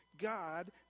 God